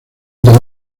tenía